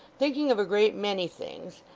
thinking of a great many things,